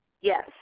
Yes